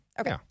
Okay